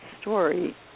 story